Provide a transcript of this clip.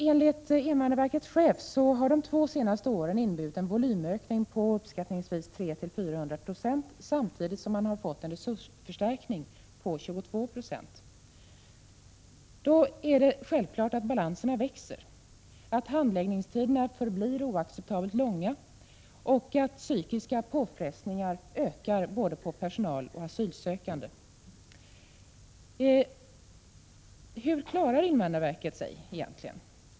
Enligt invandrarverkets chef har de två senaste åren inneburit en volymökning på uppskattningsvis 300-400 96, samtidigt som man har fått en resursförstärkning på 22 20. Då är det självklart att balanserna växer, att handläggningstiderna förblir oacceptabelt långa och att psykiska påfrestningar ökar på både personal och asylsökande. Hur klarar invandrarverket sig egentligen?